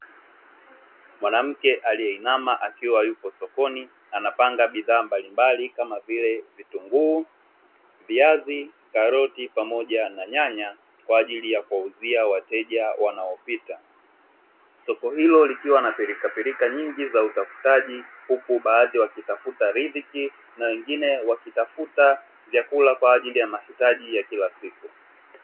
Mwanamke aliyeinama akiwa yupo sokoni anapanga bidhaa mbalimbali kama vile vitunguu, viazi, karoti pamoja na nyanya kwa ajili ya kuwauzia wateja wanaopita. Soko hilo likiwa na pirikapirika nyingi za utafutaji huku baadhi wakitafuta riziki na wengine wakitafuta vyakula kwa ajili ya mahitaji ya kila siku.